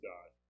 God